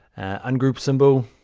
ungroup symbol.